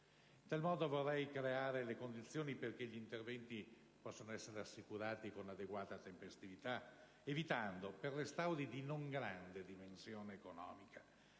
In tal modo vorrei creare le condizioni perché gli interventi possano essere assicurati con adeguata tempestività, evitando - per restauri di non grande dimensione economica,